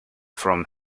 from